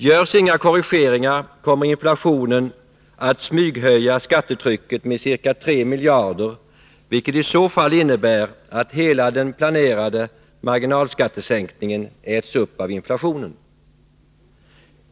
Görs inga korrigeringar kommer inflationen att smyghöja skattetrycket med ca tre miljarder, vilket i så fall innebär att hela den planerade marginalskattesänkningen äts upp av inflationen.